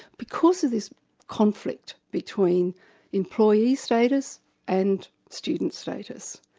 because of this conflict between employee status and student status.